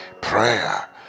Prayer